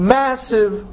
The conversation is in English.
massive